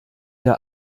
der